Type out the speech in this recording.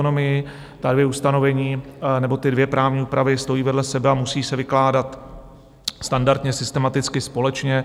Ta dvě ustanovení nebo ty dvě právní úpravy stojí vedle sebe a musí se vykládat standardně, systematicky, společně.